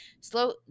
slow